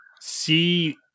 see